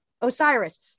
Osiris